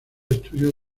estudios